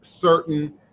certain